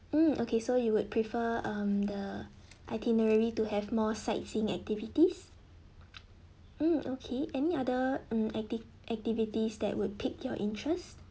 mm okay so you would prefer um the itinerary to have more sightseeing activities mm okay any other mm acti~ activities that would pick your interest